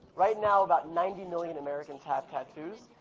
right now, about ninety million americans have tattoos.